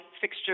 fixture